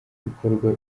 bikorwa